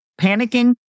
panicking